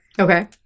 Okay